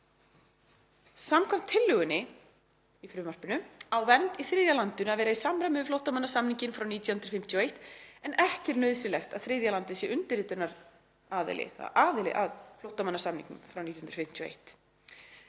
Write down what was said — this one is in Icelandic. frumvarpinu] á vernd í þriðja landinu að vera í samræmi við flóttamannasamninginn frá 1951 en ekki er nauðsynlegt að þriðja landið sé undirritunaraðili að flóttamannasamningnum frá 1951.